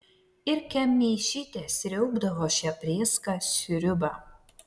ir kemėšytė sriaubdavo šią prėską sriubą